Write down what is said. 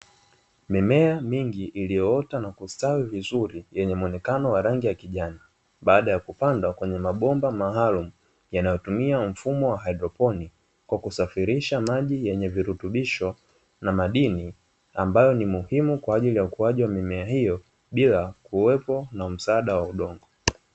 Mimea mingi iliyoota na kustawi vizuri yenye muonekano wa rangi ya kijani, baada ya kupandwa kwenye mabomba yanayotumia mfumo wa haidroponiki kwa kusafirisha maji yenye virutubisho na madini, ambayo ni muhimu kwa ajili ya ukuaji wa mimea hiyo bila kuwepo msaada wa udongo.